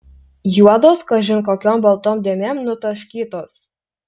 juodos kažin kokiom baltom dėmėm nutaškytos